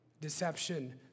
deception